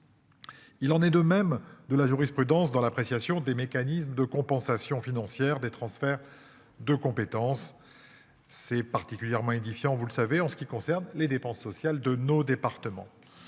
Il en est de même de la jurisprudence dans l'appréciation des mécanismes de compensation financière des transferts de compétences. C'est particulièrement édifiant, vous le savez, en ce qui concerne les dépenses sociales de nos départements.